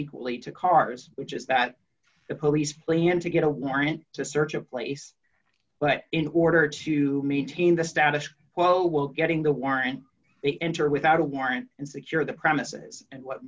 equally to cars which is that the police flee and to get a warrant to search a place but in order to maintain the status quo will getting the warrant they enter without a warrant and secure the premises and what